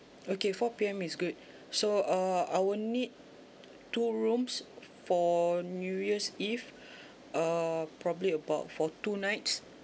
okay four P_M is good so uh I will need two rooms for new year's eve uh probably about for two nights